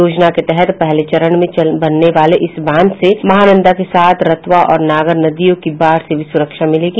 योजना के तहत पहले चरण में बनने वाले इस बांध से महानंदा के साथ रतवा और नागर नदियों की बाढ़ से भी सुरक्षा मिलेगी